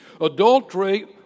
Adultery